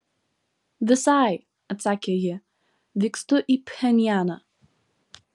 visai atsakė ji vykstu į pchenjaną